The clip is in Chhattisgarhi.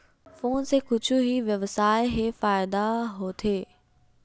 फोन से कुछु ई व्यवसाय हे फ़ायदा होथे?